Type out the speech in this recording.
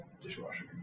dishwasher